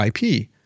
IP